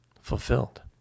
fulfilled